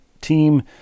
team